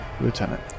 Lieutenant